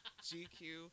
GQ